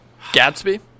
Gatsby